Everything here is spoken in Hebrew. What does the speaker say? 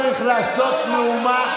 לא צריך לעשות מהומה,